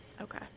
Okay